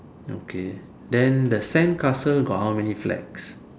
okay then the sandcastle got how many flags